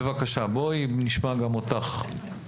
בואי נשמע גם אותך.